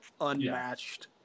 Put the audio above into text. unmatched